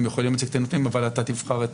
הם יכולים להציג את הנתונים אבל אתה תבחר.